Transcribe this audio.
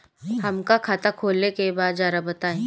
हमका खाता खोले के बा जरा बताई?